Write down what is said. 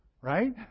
right